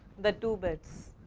the two beds.